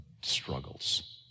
struggles